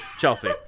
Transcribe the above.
Chelsea